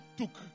took